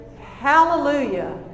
hallelujah